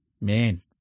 man